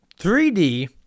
3D